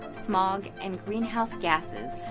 smog and greenhouse gases,